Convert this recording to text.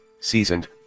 seasoned